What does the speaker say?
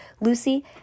Lucy